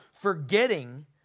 forgetting